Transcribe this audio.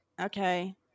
okay